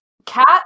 Cat